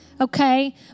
okay